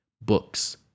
Books